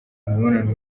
imibonano